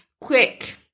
quick